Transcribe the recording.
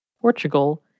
Portugal